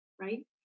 right